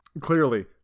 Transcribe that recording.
Clearly